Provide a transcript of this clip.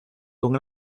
con